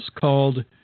called